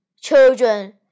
Children